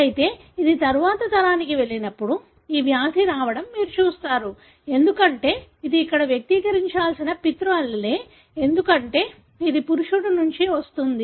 అయితే ఇది తరువాతి తరానికి వెళ్లినప్పుడు ఈ వ్యాధి రావడం మీరు చూస్తారు ఎందుకంటే ఇది ఇక్కడ వ్యక్తీకరించాల్సిన పితృ allele ఎందుకంటే ఇది పురుషుడి నుండి వస్తుంది